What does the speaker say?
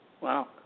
Wow